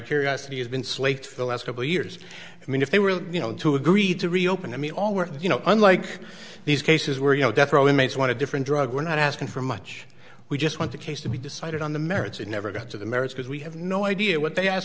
curiosity has been slated for the last couple years i mean if they were you know to agreed to reopen i mean all work you know unlike these cases where you know death row inmates want to different drug we're not asking for much we just want the case to be decided on the merits and never got to the merit because we have no idea what they asked